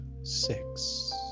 six